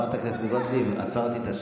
ברגע שאני אוכל לדבר, תגיד לי.